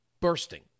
bursting